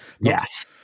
Yes